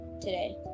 today